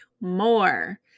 more